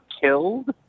killed